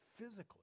physically